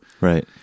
Right